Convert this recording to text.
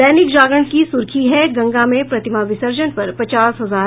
दैनिक जागरण की सुर्खी है गंगा में प्रतिमा विसर्जन पर पचास हजार जुर्माना